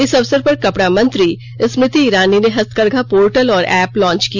इस अवसर पर कपड़ा मंत्री स्माति ईरानी ने हस्तकरघा पोर्टल और एप लॉन्च किया